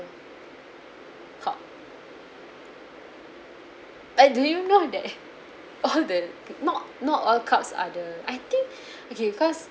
cup like do you know that all the not not all cups are the I think okay because